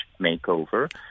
makeover